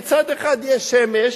בצד אחד יש שמש,